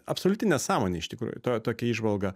absoliuti nesąmonė iš tikrųjų to tokia įžvalga